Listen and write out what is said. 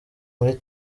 muri